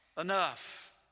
enough